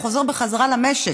חוזר בחזרה למשק.